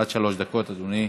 עד שלוש דקות, אדוני.